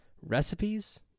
Recipes